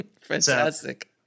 Fantastic